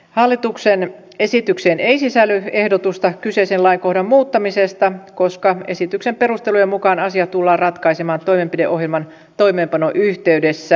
hallituksen esitykseen ei sisälly ehdotusta kyseisen lainkohdan muuttamisesta koska esityksen perustelujen mukaan asia tullaan ratkaisemaan toimenpideohjelman toimeenpanon yhteydessä